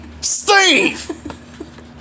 Steve